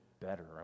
better